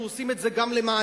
אנחנו עושים את זה גם למעננו.